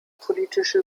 politische